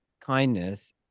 kindness